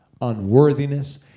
unworthiness